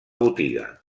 botiga